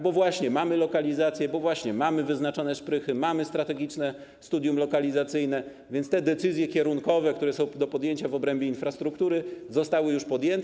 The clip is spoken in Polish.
Bo mamy lokalizację, bo mamy wyznaczone szprychy, mamy strategiczne studium lokalizacyjne, więc te decyzje kierunkowe, które są do podjęcia w obrębie infrastruktury, zostały już podjęte.